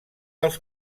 els